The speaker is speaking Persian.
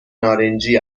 نارنجی